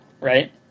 right